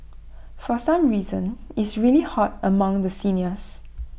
for some reason is really hot among the seniors